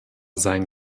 sein